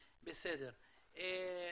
יש לנו הרבה עבודה.